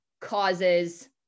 causes